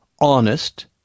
honest